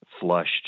flushed